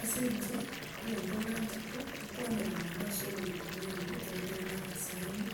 Ase inche, egeto ng'achete, gokwanera mono ase obogima bwane, ekero tore na abasani,